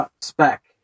spec